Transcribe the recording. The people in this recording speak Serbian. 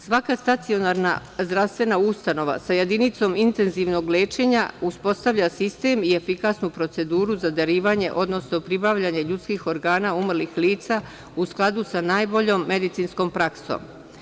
Svaka stacionarna zdravstvena ustanova sa jedinicom intenzivnog lečenja uspostavlja sistem i efikasnu proceduru za darivanje, odnosno pribavljanje ljudskih organa umrlih lica, u skladu sa najboljom medicinskom praksom.